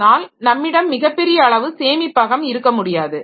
ஆனால் நம்மிடம் மிகப் பெரிய அளவு சேமிப்பகம் இருக்க முடியாது